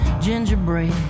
gingerbread